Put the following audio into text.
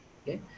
okay